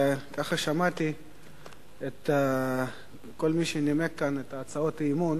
שמעתי את כל מי שנימק כאן את הצעות האי-אמון,